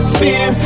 fear